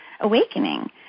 awakening